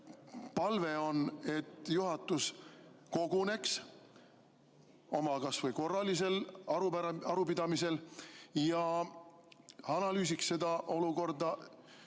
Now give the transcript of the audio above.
Palve on, et juhatus koguneks ja kas või korralisel arupidamisel analüüsiks seda olukorda